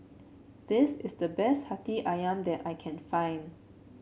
this is the best hati ayam that I can find